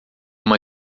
uma